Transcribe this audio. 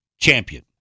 champion